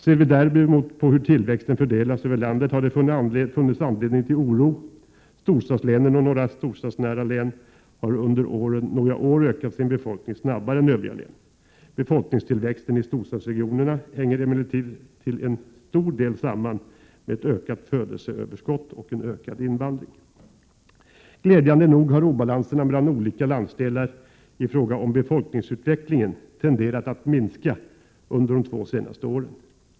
När vi sett på hur tillväxten fördelats över landet har vi däremot kunnat finna anledning till oro. Storstadslänen och några storstadsnära län har under några år ökat sin befolkning snabbare än övriga län. Befolkningstillväxten i storstadsregionerna hänger emellertid till stor del samman med ett ökat födelseöverskott och en ökad invandring. Glädjande nog har obalanserna mellan olika landsdelar i fråga om befolkningsutvecklingen tenderat att minska under de två senaste åren.